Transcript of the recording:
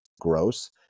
gross